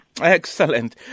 Excellent